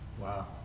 Wow